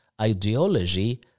ideology